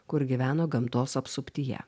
kur gyveno gamtos apsuptyje